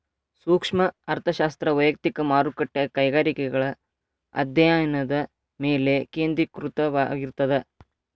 ಸೂಕ್ಷ್ಮ ಅರ್ಥಶಾಸ್ತ್ರ ವಯಕ್ತಿಕ ಮಾರುಕಟ್ಟೆ ಕೈಗಾರಿಕೆಗಳ ಅಧ್ಯಾಯನದ ಮೇಲೆ ಕೇಂದ್ರೇಕೃತವಾಗಿರ್ತದ